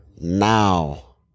Now